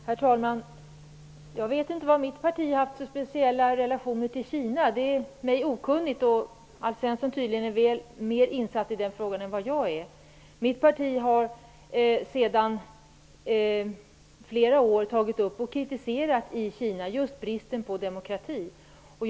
Herr talman! Jag vet inte vad mitt parti har haft för speciella relationer till Kina. Jag är okunnig på den punkten. Alf Svensson är tydligen mer insatt i den frågan än vad jag är. Mitt parti har under flera år kritiserat just bristen på demokrati i Kina.